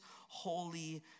Holy